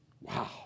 Wow